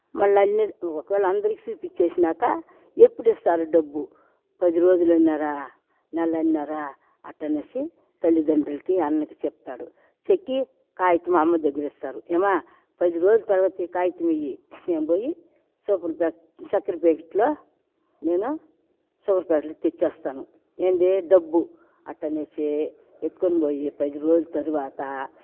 మళ్ల అన్ని ఒకవేళ అందరికీ చూపించేసినాక ఎప్పుడు ఇస్తారు డబ్బు పది రోజులు అన్నారా నెల అన్నారా అట్ట అనేసి తల్లితండ్రులకి అన్నకి చెప్తాడు చెక్కి కాగితం అమ్మ దగ్గర ఇస్తారు ఏమ్మా పది రోజుల తర్వాత ఈ కాగితము ఈ నేను పోయి షుగర్ ప్యాకెట్ చక్కెర ప్యాకెట్లో నేను షుగర్ ప్యాకెట్లు తెచ్చేస్తాను ఏంది డబ్బు అట్ట అనేసి ఎత్తుకొని పోయి పది రోజుల తర్వాత